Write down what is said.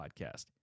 podcast